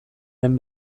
den